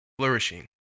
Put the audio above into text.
flourishing